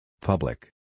Public